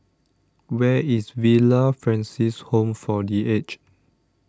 where is Villa Francis Home for the Aged